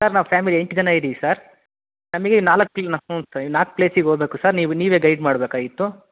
sir ನಾವು family ಎಂಟು ಜನ ಇದ್ದೀವಿ ಸರ್ ನಮಗೆ ನಾಲ್ಕು ತಿನ್ ಹ್ಞೂ ನಾಲ್ಕು ಪ್ಲೇಸಿಗೆ ಹೋಗಬೇಕು ಸರ್ ನೀವು ನೀವೇ ಗೈಡ್ ಮಾಡಬೇಕಾಗಿತ್ತು